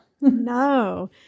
No